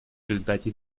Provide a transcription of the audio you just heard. результате